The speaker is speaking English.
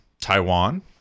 Taiwan